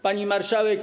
Pani Marszałek!